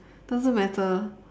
doesn't matter